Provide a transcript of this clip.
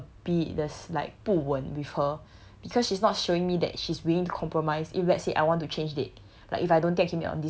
so I feel a bit there's like 不稳 with her because she's not showing me that she's willing to compromised if let's say I want to change date